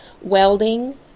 welding